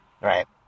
Right